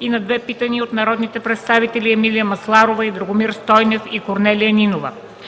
и на две питания от народните представители Емилия Масларова и Драгомир Стойнев, и Корнелия Нинова;